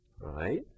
right